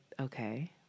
okay